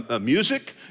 music